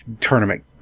Tournament